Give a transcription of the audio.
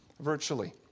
virtually